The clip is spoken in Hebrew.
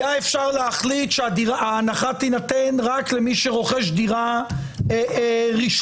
היה אפשר להחליט שההנחה תינתן רק למי שרוכש דירה ראשונה.